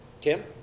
Tim